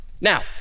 Now